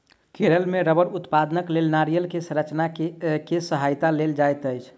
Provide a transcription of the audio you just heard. केरल मे रबड़ उत्पादनक लेल नारियल के संरचना के सहायता लेल जाइत अछि